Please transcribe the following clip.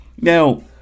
Now